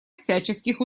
всяческих